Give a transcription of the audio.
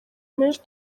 menshi